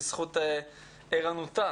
בזכות ערנותה